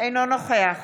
אינו נוכח